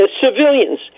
civilians